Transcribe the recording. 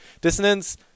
Dissonance